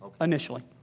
initially